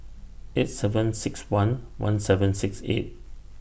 eight seven six one one seven six eight